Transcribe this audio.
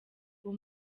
uwo